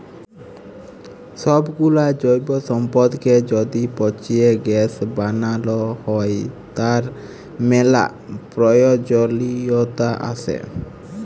সবগুলা জৈব সম্পদকে য্যদি পচিয়ে গ্যাস বানাল হ্য়, তার ম্যালা প্রয়জলিয়তা আসে